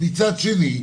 מצד שני.